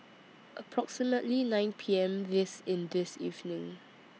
approximately nine P M This in This evening